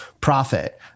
profit